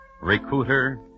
recruiter